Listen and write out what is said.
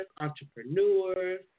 entrepreneurs